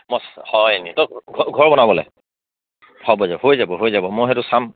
মই হয়নি তই ঘ ঘৰ বনাবলে হ'ব যা হৈ যাব হৈ যাব মই সেইটো চাম